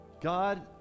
God